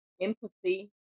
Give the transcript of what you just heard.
empathy